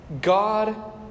God